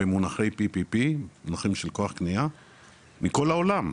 במונחי P.P.P מונחים של כוח קנייה מכל העולם,